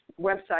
website